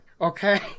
okay